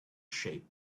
shape